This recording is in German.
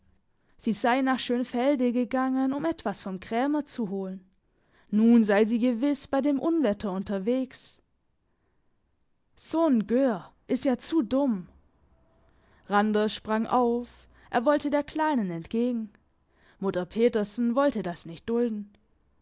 sie sei nach schönfelde gegangen um etwas vom krämer zu holen nun sei sie gewiss bei dem unwetter unterwegs so'n gör is ja zu dumm randers sprang auf er wollte der kleinen entgegen mutter petersen wollte das nicht dulden